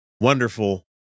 wonderful